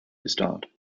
restored